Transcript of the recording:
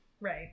right